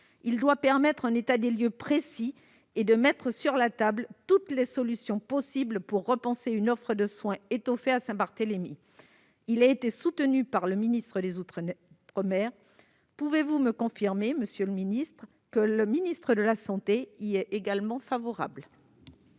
de dresser un état des lieux précis et de mettre sur la table toutes les solutions possibles pour repenser une offre de soins étoffée à Saint-Barthélemy. Cet amendement a été soutenu par le ministre des outre-mer. Pouvez-vous me confirmer, monsieur le secrétaire d'État, que le ministre des solidarités et de la santé y est également favorable ?